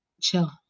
chill